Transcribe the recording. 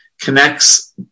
connects